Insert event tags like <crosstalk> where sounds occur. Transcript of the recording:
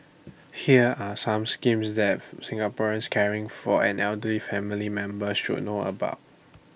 <noise> here are some schemes that Singaporeans caring for an elderly family member should know about